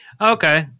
okay